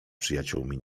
przyjaciółmi